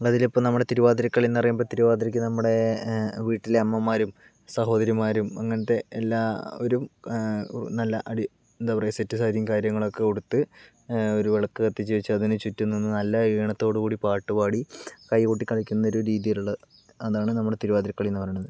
അതിലിപ്പോൾ നമ്മുടെ തിരുവാതിര കളി എന്ന് പറയുമ്പോൾ തിരുവാതിരക്ക് നമ്മുടെ വീട്ടിലെ അമ്മമാരും സഹോദരിമാരും അങ്ങനത്തെ എല്ലാവരും നല്ല അടി എന്താ പറയാ സെറ്റ് സാരിയും കാര്യങ്ങളൊക്കെ ഉടുത് ഒരു വിളക്ക് കത്തിച്ച് വെച്ച് അതിന് ചുറ്റും നിന്ന് നല്ല ഈണത്തോട്കൂടി പാട്ടു പാടി കൈകൊട്ടി കളിക്കുന്ന രീതിയിലുള്ളതാണ് നമ്മുടെ തിരുവാതിരക്കളി എന്ന് പറയുന്നത്